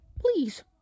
please